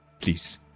please